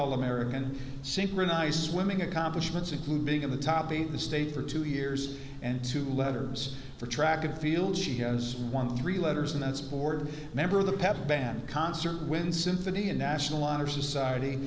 all american synchronized swimming accomplishments include being in the top eight the state for two years and two letters for track and field she has won three letters and that's a board member of the pep band concert when symphony a national honor society